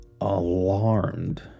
alarmed